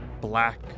black